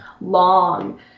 long